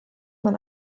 man